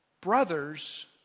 brothers